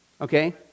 Okay